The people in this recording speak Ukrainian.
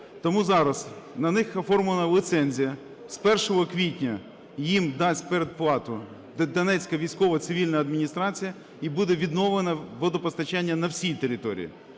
Тому зараз на них оформлена ліцензія, з 1 квітня їм дасть передплату Донецька військова цивільна адміністрація і буде відновлене водопостачання на всій території.